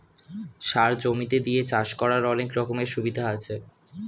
সার জমিতে দিয়ে চাষ করার অনেক রকমের সুবিধা আছে